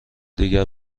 دیگر